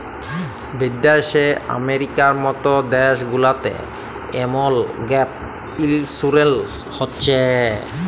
বিদ্যাশে আমেরিকার মত দ্যাশ গুলাতে এমল গ্যাপ ইলসুরেলস হছে